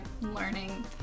learning